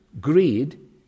greed